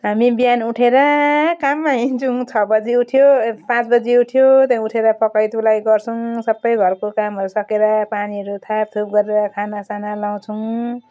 हामी बिहान उठेर काममा हिँड्छौँ छ बजी उठ्यो पाँच बजी उठ्यो त्यहाँबाट उठेर पकाई तुल्याई गर्छौँ सबै घरको कामहरू सकेर पानीहरू थापथुप गरेर खानासाना लगाउँछौँ